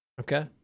Okay